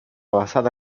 basada